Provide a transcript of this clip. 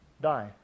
die